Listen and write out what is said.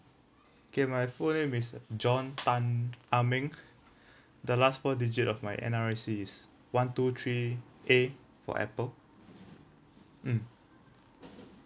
okay my full name is john tan ah ming the last four digit of my N_R_I_C is one two three A for Apple mm